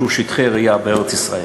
שהוא שטחי רעייה בארץ-ישראל.